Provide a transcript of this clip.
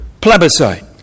plebiscite